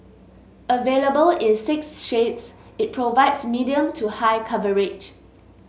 available in six shades it provides medium to high coverage